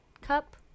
Cup